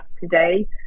today